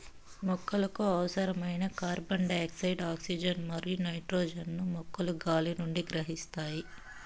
మొక్కలకు అవసరమైన carbon dioxide, oxygen మరియు నైట్రోజన్ ను మొక్కలు గాలి నుండి గ్రహిస్తాయి